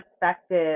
perspective